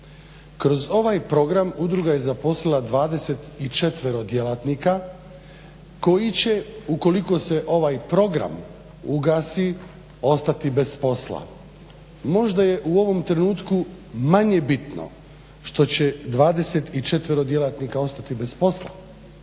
Kroz ovaj program udruga je zaposlila 24 djelatnika koji će ukoliko se ovaj program ugasi ostati bez posla. Možda je u ovom trenutku manje bitno što će 24 djelatnika ostati bez posla,